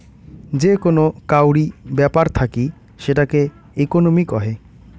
যে কোন কাউরি ব্যাপার থাকি সেটাকে ইকোনোমি কহে